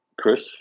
Chris